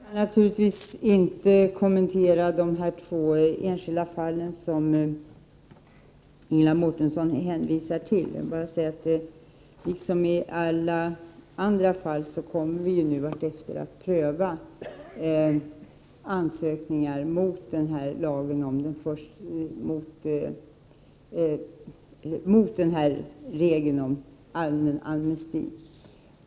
Herr talman! Jag kan naturligtvis inte kommentera de två enskilda fall som Ingela Mårtensson hänvisar till. Jag vill bara säga, att vi nu liksom i alla andra fall kommer att pröva ansökningar mot denna regel om allmän amnesti.